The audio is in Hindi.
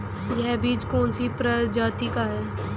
यह बीज कौन सी प्रजाति का है?